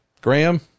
Graham